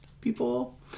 people